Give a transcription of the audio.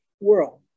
world